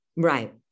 Right